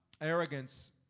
Arrogance